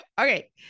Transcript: Okay